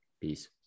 Peace